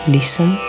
Listen